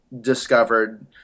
discovered